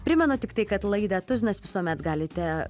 primenu tiktai kad laidą tuzinas visuomet galite